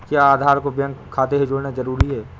क्या आधार को बैंक खाते से जोड़ना जरूरी है?